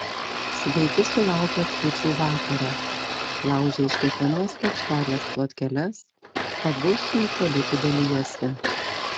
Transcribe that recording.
sveiki sulaukę kūčių vakaro laužė iš kiekvienos lėkštelės plotkeles abu su ipolitu dalijosi